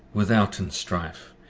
withouten strife,